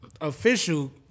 official